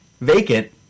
vacant